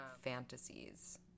fantasies